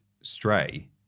Stray